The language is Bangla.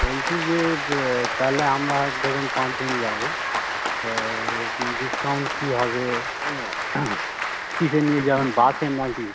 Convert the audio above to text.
বলছি যে তাহলে আমরা ধরুন পাঁচজন যাব তো ডিসকাউন্ট কী হবে হ্যাঁ কীসে নিয়ে যাবেন বাসে না কি